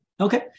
Okay